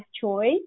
choice